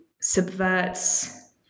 subverts